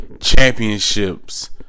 championships